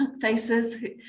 faces